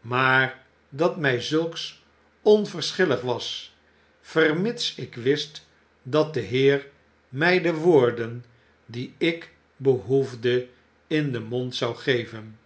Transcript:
maar dat my zulks onverschillig was vermits ik wist dat de heer my de woorden die ik behoefde in den mond zou geven